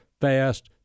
fast